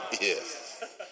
yes